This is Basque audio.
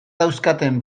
dauzkaten